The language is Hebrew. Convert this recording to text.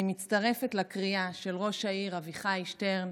אני מצטרפת לקריאת ראש העיר אביחי שטרן